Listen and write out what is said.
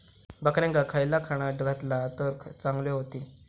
बकऱ्यांका खयला खाणा घातला तर चांगल्यो व्हतील?